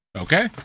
Okay